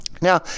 Now